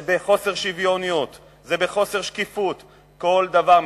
זה בחוסר שוויוניות, זה בחוסר שקיפות, כל דבר.